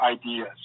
ideas